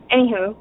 Anywho